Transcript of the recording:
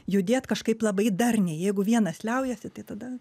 judėt kažkaip labai darniai jeigu vienas liaujasi tai tada